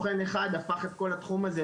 התשפ"ב-2021,